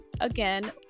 again